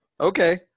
Okay